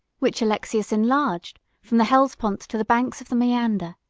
which alexius enlarged from the hellespont to the banks of the maeander,